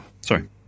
Sorry